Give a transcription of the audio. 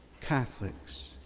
Catholics